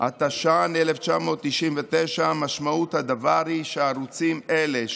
התש"ן 1990. משמעות הדבר היא שהערוצים אלה,